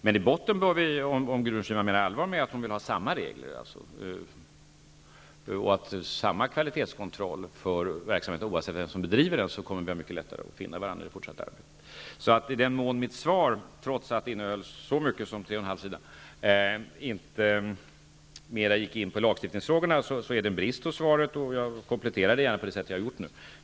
Men om Gudrun Schyman menar allvar med att hon vill ha samma regler och samma kvalitetskontroll för verksamhet oavsett vem som bedriver den, bör vi ha mycket lättare att finna varandra i det fortsatta arbetet. I den mån jag inte i mitt svar -- trots att det innehöll så mycket som tre och en halv sida -- gick in mera på lagstiftningsfrågorna är det en brist, och jag kompletterar det gärna på det sätt som jag nu har gjort.